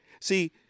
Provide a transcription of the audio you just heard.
See